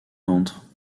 ventre